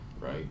right